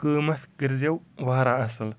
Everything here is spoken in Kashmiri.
قۭمَتھ کٔرۍ زٮ۪و واریاہ اَصٕل